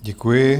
Děkuji.